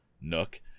Nook